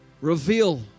Reveal